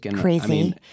Crazy